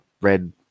Red